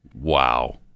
Wow